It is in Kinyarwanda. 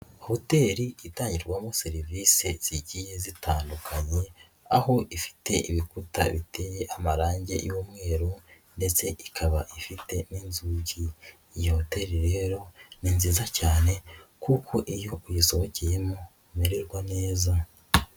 Hoteli itangirwamo serivisi zigiye zitandukanye, aho ifite ibikuta biteye amarangi y'umweru ndetse ikaba ifite n'inzugi. Iyo hoteli rero ni nziza cyane kuko iyo uyisohokemo umererwa neza.